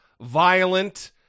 violent